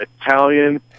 Italian